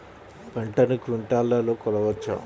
పంటను క్వింటాల్లలో కొలవచ్చా?